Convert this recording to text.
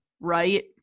right